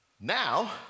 Now